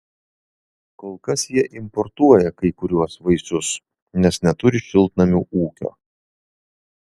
kol kas jie importuoja kai kuriuos vaisius nes neturi šiltnamių ūkio